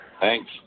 thanks